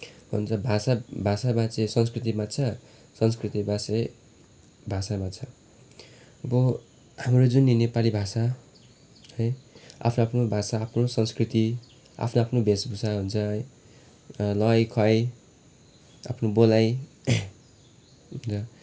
भन्छ भाषा बाँचे संस्कृति बाँच्छ संस्कृति बाँचे भाषा बाँच्छ अब हाम्रो जुन यो नेपाली भाषा है आफ्नो आफ्नो भाषा आफ्नो संस्कृति आफ्नो आफ्नो वेशभूषा हुन्छ है लवाइ खुवाइ आफ्नो बोलाइ अन्त